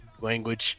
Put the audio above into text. Language